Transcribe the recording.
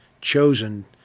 chosen